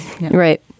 Right